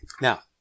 Now